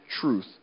truth